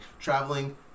Traveling